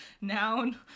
noun